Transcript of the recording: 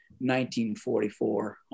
1944